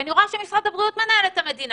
אני רואה שמשרד הבריאות מנהל את המדינה.